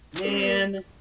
Man